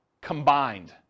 combined